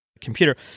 computer